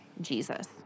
Jesus